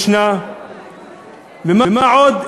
ומה עוד?